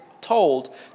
told